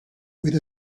with